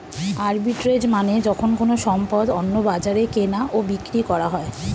arbitrage মানে যখন কোনো সম্পদ অন্য বাজারে কেনা ও বিক্রি করা হয়